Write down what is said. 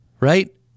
right